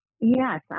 Yes